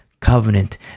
covenant